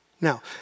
Now